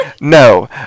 No